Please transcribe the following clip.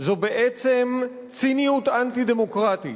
הוא בעצם ציניות אנטי-דמוקרטית: